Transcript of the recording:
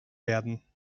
werden